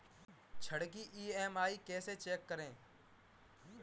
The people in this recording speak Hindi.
ऋण की ई.एम.आई कैसे चेक करें?